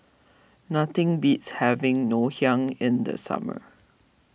nothing beats having Ngoh Hiang in the summer